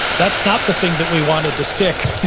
that's not the thing that we wanted to stick.